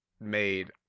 made